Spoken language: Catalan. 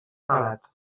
relat